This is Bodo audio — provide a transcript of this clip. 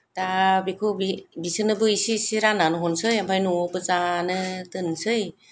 दा बेखौ बे बिसोरनोबो इसे इसे राननानै हरनोसै ओमफाय न'वावबो जानो दोनसै